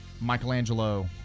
Michelangelo